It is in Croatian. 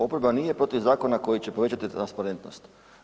Oporba nije protiv zakona koji će povećati transparentnost.